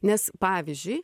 nes pavyzdžiui